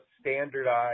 standardized